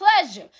pleasure